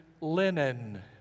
linen